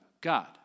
God